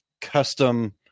custom